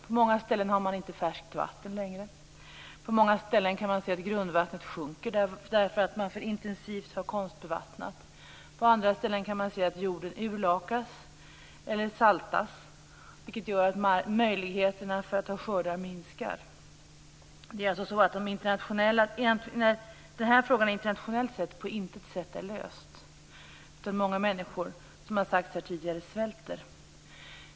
På många ställen finns det inte längre färskt vatten och på många ställen kan man se att grundvattnet sjunker på grund av en alltför intensiv konstbevattning. På andra ställen kan man se att jorden urlakas, eller saltas. Det gör att möjligheterna till skördar minskar. Denna fråga är alltså på intet sätt löst internationellt sett. Många människor svälter, som tidigare sagts här.